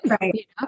right